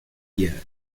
year